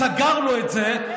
סגרנו את זה.